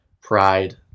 pride